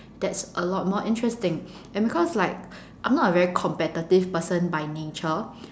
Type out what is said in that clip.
that's a lot more interesting and because like I'm not a very competitive person by nature